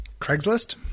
Craigslist